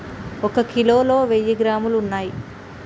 ఒక కిలోలో వెయ్యి గ్రాములు ఉన్నయ్